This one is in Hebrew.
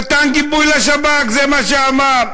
נתן גיבוי לשב"כ, זה מה שהוא אמר.